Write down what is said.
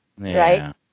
right